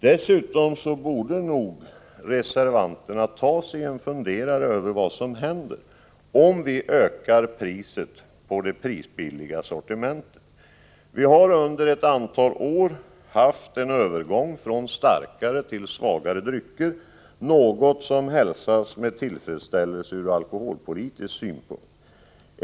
Dessutom borde reservanterna nog ta sig en funderare på vad som händer om vi ökar priset på det prisbilliga sortimentet. Vi har under ett antal år haft en övergång från starkare till svagare drycker, något som ur alkoholpolitisk synpunkt hälsats med tillfredsställelse.